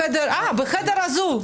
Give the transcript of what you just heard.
בחדר הזה.